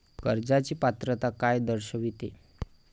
कर्जाची पात्रता काय दर्शविते?